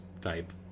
type